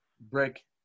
break